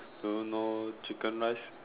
do you know chicken rice